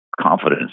confidence